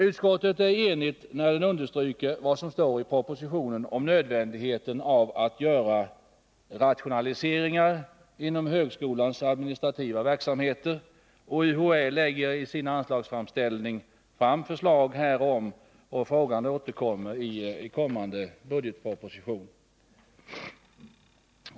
Utskottet är enigt när det understryker vad som står i propositionen om nödvändigheten av att göra rationaliseringar inom högskolans administrativa verksamheter. UHÄ lägger i sin anslagsframställning fram förslag härom, och frågan återkommer i kommande budgetproposition.